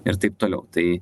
ir taip toliau tai